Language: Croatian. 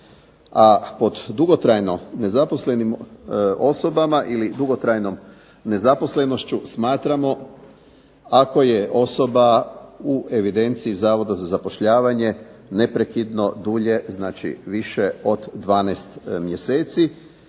a pod dugotrajno nezaposlenih osoba, ili dugotrajnom nezaposlenošću smatramo ako je osoba u evidenciji Zavoda za zapošljavanje neprekidno dulje, znači više od 12 mjeseci